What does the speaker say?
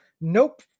nope